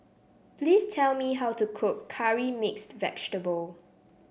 please tell me how to cook Curry Mixed Vegetable